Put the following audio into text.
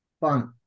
Fun